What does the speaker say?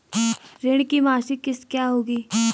ऋण की मासिक किश्त क्या होगी?